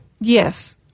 Yes